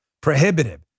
prohibitive